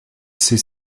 ces